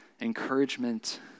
encouragement